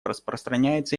распространяется